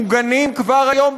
מוגנים כבר היום,